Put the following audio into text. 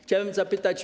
Chciałbym zapytać.